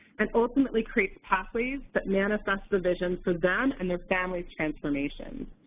and ultimately creates pathways that manifest provisions for them and their families' transformations.